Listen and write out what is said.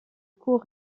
court